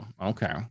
okay